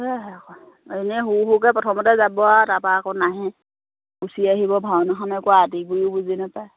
সেয়াহে আকৌ এনেই হোৰাহোৰকৈ প্ৰথমতে যাব আৰু তাৰপৰা আকৌ নাহে গুচি আহিব ভাওনাখন একো আতি গুৰিও বুজি নাপায়